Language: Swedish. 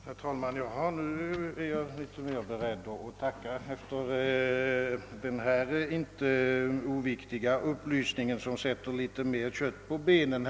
Herr talman! Nu är jag bättre beredd att tacka, sedan jag fått denna inte oviktiga upplysning, som sätter litet mer kött på benen.